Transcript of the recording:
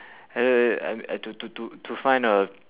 and then then and and to to to to find a